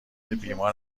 بیمار